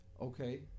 Okay